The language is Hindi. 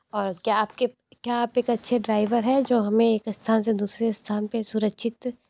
और क्या आप के क्या आप एक अच्छे ड्राइवर हैं जो हमें एक स्थान से दूसरे स्थान पे सुरक्षित